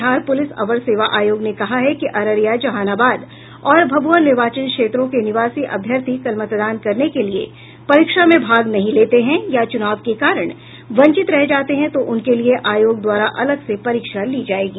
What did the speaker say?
Bihar police अवर सेवा आयोग ने कहा है कि अररिया जहानाबाद और भभुआ निर्वाचन क्षेत्रों के निवासी अभ्यर्थी कल मतदान करने के लिए परीक्षा में भाग नहीं लेते हैं या चुनाव के कारण वंचित रह जाते हैं तो उनके लिए आयोग द्वारा अलग से परीक्षा ली जायेगी